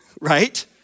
right